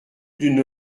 d’une